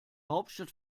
hauptstadt